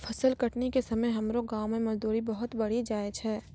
फसल कटनी के समय हमरो गांव मॅ मजदूरी बहुत बढ़ी जाय छै